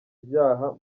ibyaha